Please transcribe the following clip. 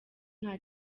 nta